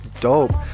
dope